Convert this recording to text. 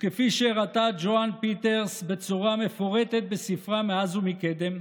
וכפי שהראתה ג'ואן פיטרס בצורה מפורטת בספרה "מאז ומקדם",